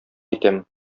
итәм